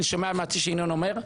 ושמעתי מה ינון אומר,